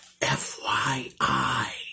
FYI